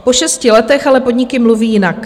Po šesti letech ale podniky mluví jinak.